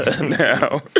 now